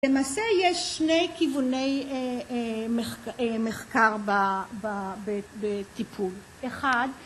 ‫למעשה, יש שני כיווני מחקר ‫בטיפול. ‫אחד...